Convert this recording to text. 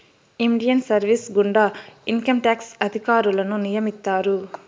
Indian service గుండా income tax అధికారులను నియమిత్తారు